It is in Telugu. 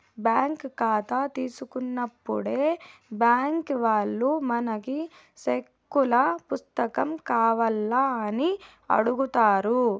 బ్యాంక్ కాతా తీసుకున్నప్పుడే బ్యాంకీ వాల్లు మనకి సెక్కుల పుస్తకం కావాల్నా అని అడుగుతారు